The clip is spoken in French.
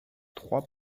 trois